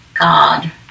God